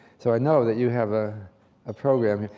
so i know that you have a ah program.